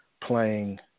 playing